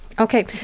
Okay